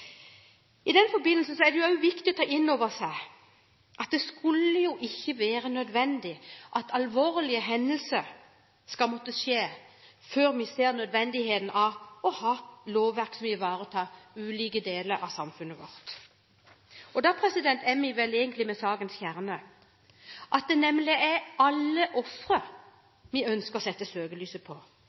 I den forbindelse er det også viktig å ta inn over seg at det ikke skulle være nødvendig at det skjer alvorlige hendelser før vi ser nødvendigheten av å ha et lovverk som ivaretar ulike deler av samfunnet vårt. Da er vi vel egentlig ved sakens kjerne, at det nemlig er alle ofre vi ønsker å sette søkelyset på,